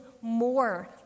more